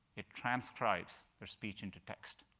it transcribes their speech into text.